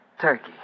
Turkey